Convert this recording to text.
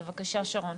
בבקשה, שרון.